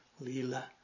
lila